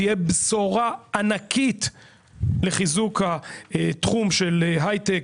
תהיה בשורה ענקית לחיזוק התחום של הייטק